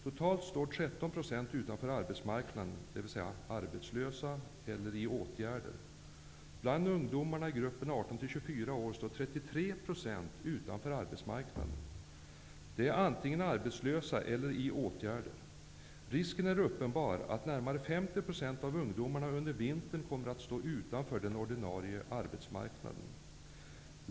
Totalt står 13 % utanför arbetsmarknaden, dvs. de är arbetslösa eller föremål för åtgärder. utanför arbetsmarknaden. Dessa är antingen arbetslösa eller föremål för åtgärder. Risken är uppenbar att närmare 50 % av ungdomarna under vintern kommer att stå utanför den ordinarie arbetsmarknaden.